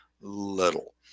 little